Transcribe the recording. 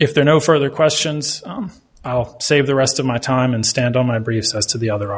if they're no further questions save the rest of my time and stand on my briefs as to the other